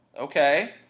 Okay